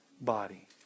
body